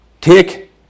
take